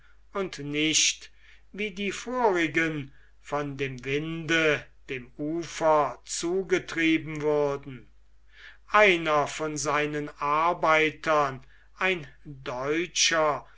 und nicht wie die vorigen von dem winde dem ufer zugetrieben würden einer von seinen arbeitern ein deutscher